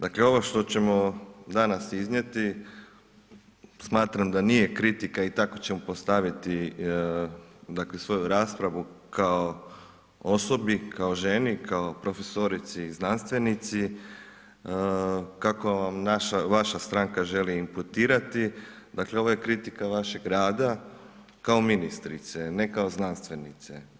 Dakle, ovo što ćemo danas iznijeti smatram da nije kritika i tako ćemo postaviti dakle svoju raspravu kao osobi, kao ženi, kao profesorici i znanstvenici, kakva vam vaša stranka želi imputirati, dakle ovo je kritika vašeg rada kao ministrice, ne kao znanstvenice.